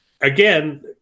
again